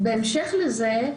בהמשך לזה,